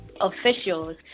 officials